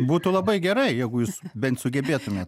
būtų labai gerai jeigu jūs bent sugebėtumėt